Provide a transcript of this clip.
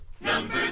Number